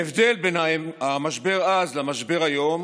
ההבדל בין המשבר אז למשבר היום,